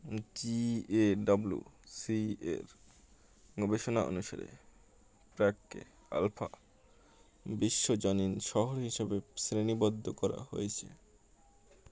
জিএডাব্লুসি এর গবেষণা অনুসারে প্র্যাককে আলফা বিশ্বজনীন শহর হিসাবে শ্রেণীবদ্ধ করা হয়েছে